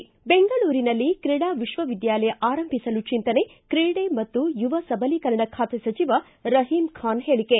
ಿ ಬೆಂಗಳೂರಿನಲ್ಲಿ ಕ್ರೀಡಾ ವಿಶ್ವ ವಿದ್ಯಾಲಯ ಆರಂಭಿಸಲು ಚಿಂತನೆ ಕ್ರೀಡೆ ಮತ್ತು ಯುವ ಸಬಲೀಕರಣ ಖಾತೆ ಸಚಿವ ರಹೀಂಖಾನ್ ಹೇಳಿಕೆ